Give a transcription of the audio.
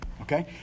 Okay